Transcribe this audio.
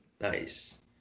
Nice